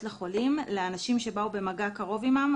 החולה וזיהוי אנשים שבאו במגע קרוב עמו,